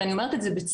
אני אומרת את זה בצער,